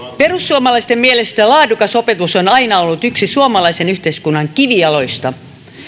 perussuomalaisten mielestä laadukas opetus on aina ollut yksi suomalaisen yhteiskunnan kivijaloista